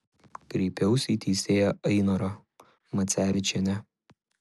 kreipiausi į teisėją ainorą macevičienę